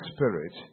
Spirit